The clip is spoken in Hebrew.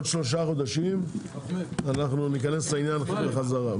עוד שלושה חודשים אנחנו ניכנס לעניין בחזרה.